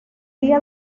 día